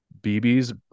bb's